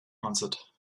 answered